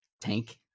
tank